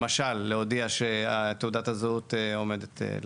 למשל, להודיע שעומדת תעודת הזהות לפוג,